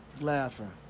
Laughing